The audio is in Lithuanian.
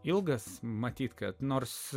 ilgas matyt kad nors